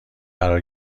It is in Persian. قرار